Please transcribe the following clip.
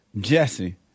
Jesse